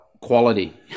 quality